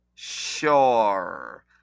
sure